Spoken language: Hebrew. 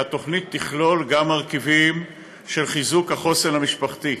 שהתוכנית תכלול גם מרכיבים של חיזוק החוסן המשפחתי,